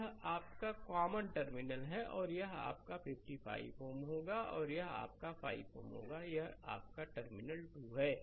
यह आपका common terminal है और यह आपका 55 Ω होगा और यह आपका 5 Ω होगा और यह टर्मिनल 2 है